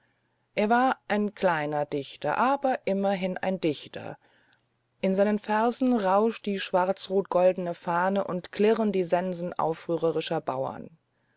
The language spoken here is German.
er war ein kleiner dichter aber immerhin ein dichter in seinen versen rauscht die schwarzrotgoldene fahne und klirren die sensen aufrührerischer bauern